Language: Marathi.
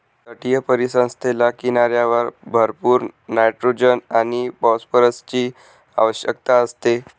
तटीय परिसंस्थेला किनाऱ्यावर भरपूर नायट्रोजन आणि फॉस्फरसची आवश्यकता असते